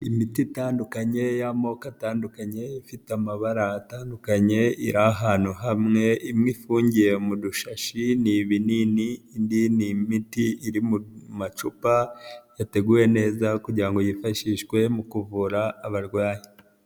Imiti itandukanye y'amoko atandukanye, ifite amabara atandukanye, iri ahantu hamwe, imwe ifungiye mu dushashi, ni ibinini indi n'imiti iri mu macupa, yateguwe neza kugira ngo yifashishwe mu kuvura abarwayi.